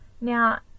now